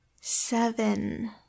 seven